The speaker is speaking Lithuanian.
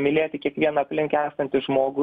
mylėti kiekvieną aplink esantį žmogų